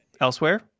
elsewhere